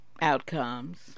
Outcomes